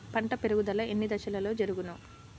పంట పెరుగుదల ఎన్ని దశలలో జరుగును?